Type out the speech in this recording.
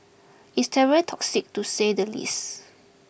it's terribly toxic to say the least